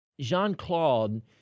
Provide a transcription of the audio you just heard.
Jean-Claude